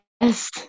Yes